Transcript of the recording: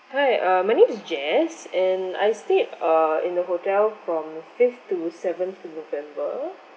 hi uh my name is jess and I stayed at err in the hotel from fifth to seventh november